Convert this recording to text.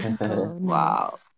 Wow